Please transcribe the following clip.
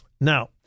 Now